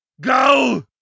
Go